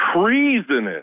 treasonous